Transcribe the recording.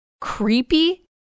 creepy